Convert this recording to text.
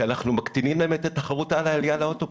כי אנחנו מקטינים להם את התחרות לעלייה לאוטובוס.